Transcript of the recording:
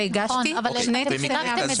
והגשתי שני טופסי 106. אוקיי.